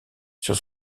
sur